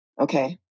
Okay